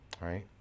right